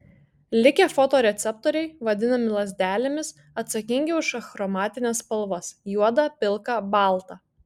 likę fotoreceptoriai vadinami lazdelėmis atsakingi už achromatines spalvas juodą pilką baltą